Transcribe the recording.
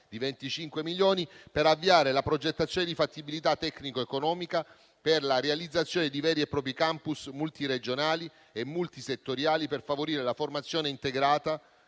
di 25 milioni), per avviare la progettazione di fattibilità tecnico-economica per la realizzazione di veri e propri *campus* multiregionali e multisettoriali per favorire la formazione integrata,